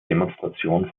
demonstration